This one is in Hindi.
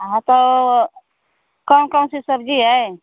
हाँ तो कौन कौन सी सब्जी है